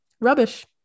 rubbish